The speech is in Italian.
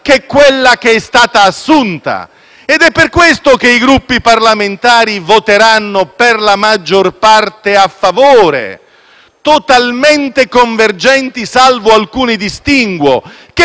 che quella che è stata assunta. È per questo che i Gruppi parlamentari voteranno, per la maggior parte, a favore, totalmente convergenti salvo alcuni distinguo, che